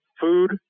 food